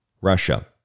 Russia